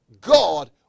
God